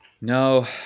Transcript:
No